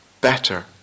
better